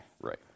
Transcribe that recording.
Right